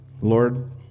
Lord